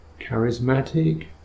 charismatic